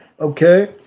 Okay